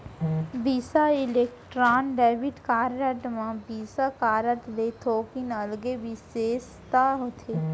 बिसा Electron debit card म Visa card ले थोकिन अलगे बिसेसता होथे